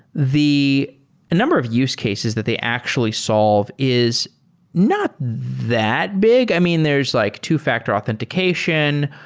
the number of use cases that they actually solve is not that big. i mean, there's like two-factor authentication.